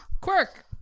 Quirk